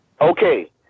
Okay